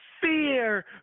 fear